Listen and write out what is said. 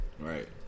Right